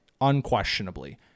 unquestionably